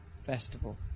festival